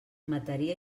mataria